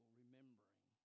remembering